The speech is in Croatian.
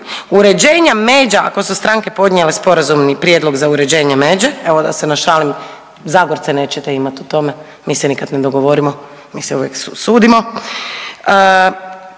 uređenjem međa ako su stranke podnijele sporazumni prijedlog za uređenje međe, evo da se našalim Zagorce neće imati u tome, mi se nikad ne dogovorimo, mi se uvijek sudimo.